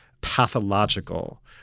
pathological